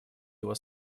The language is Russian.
его